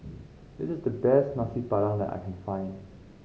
this is the best Nasi Padang that I can find